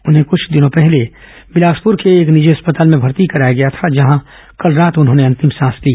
उन्हें कुछ दिनों पहले बिलासपुर के एक निजी अस्पताल मे भर्ती कराया गया था जहां कल रात उन्होंने अंतिम सांस ली